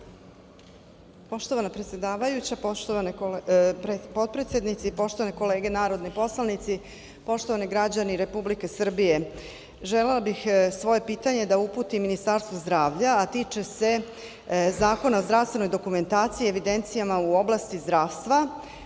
Poštovana predsedavajuća, poštovana potpredsednice i poštovane kolege narodni poslanici, poštovani građani Republike Srbije, želela bih svoje pitanje da uputim Ministarstvu zdravlja, a tiče se Zakona o zdravstvenoj dokumentaciji, evidencijama u oblasti zdravstva,